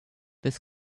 this